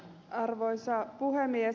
arvoisa puhemies